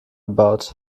gebaut